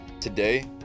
Today